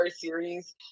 series